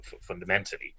fundamentally